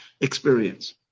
experience